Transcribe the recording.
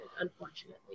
unfortunately